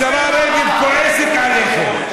השרה רגב כועסת עליכם.